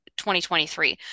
2023